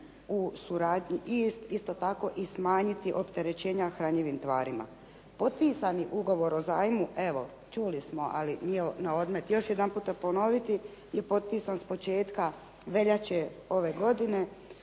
u suradnji isto tako i smanjiti opterećenja hranjivim tvarima. Potpisani ugovor o zajmu, evo čuli smo ali nije na odmet još jedanput ponoviti je potpisan s početka veljače ove godine.